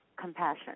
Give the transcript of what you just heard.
compassion